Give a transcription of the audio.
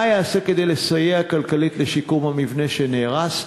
שאלותי: 1. מה ייעשה כדי לסייע כלכלית לשיקום המבנה שנהרס?